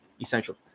essential